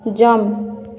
jump